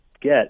get